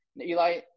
eli